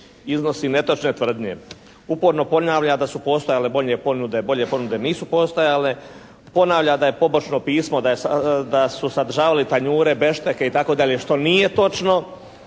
iznosi netočne tvrdnje. Uporno ponavlja da su postojale bolje ponude. Bolje ponude nisu postojala. Ponavlja da je pobočno pismo, da su sadržavali tanjure, bešteke itd. što nije točno